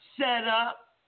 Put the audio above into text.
setup